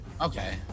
Okay